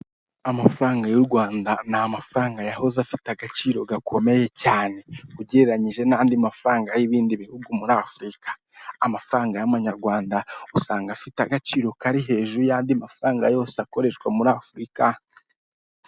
Amafaranga y'u Rwanda ni amafaranga yahoze afite agaciro gakomeye cyane, ugereranyije n'andi mafaranga y'ibindi bihugu muri Afurika, amafaranga y'amanyarwanda usanga afite agaciro kari hejuru y'andi mafaranga yose akoreshwa muri Afurika.